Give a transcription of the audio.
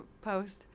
post